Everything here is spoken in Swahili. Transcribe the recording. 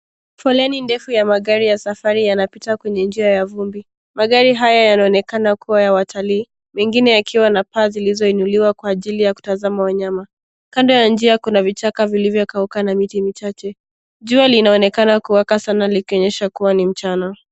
Foleni ndefu ya magari ya safari yanapita kwenye njia ya vumbi. Magari haya yanaonekana kuwa ya watalii, mengine yakiwa na paa zilizoinuliwa kwa ajili ya kutazama wanyama. Kando ya njia kuna vichaka vilivyokauka na miti michache. Jua linaonekana kuwaka sana likionyesha kuwa ni mchana.